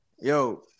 yo